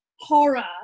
horror